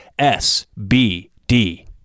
SBD